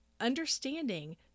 understanding